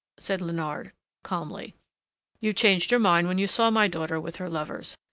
said leonard calmly you changed your mind when you saw my daughter with her lovers.